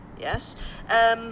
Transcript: Yes